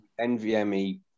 NVMe